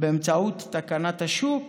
באמצעות תקנת השוק